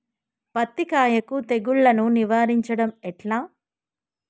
పత్తి కాయకు తెగుళ్లను నివారించడం ఎట్లా?